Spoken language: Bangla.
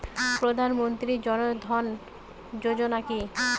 প্রধান মন্ত্রী জন ধন যোজনা কি?